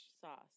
Sauce